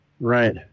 Right